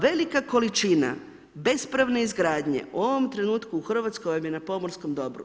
Velika količina bespravne izgradnje u ovom trenutku u Hrvatskoj koja je na pomorskom dobru.